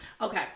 Okay